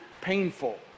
painful